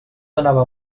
anava